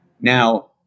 now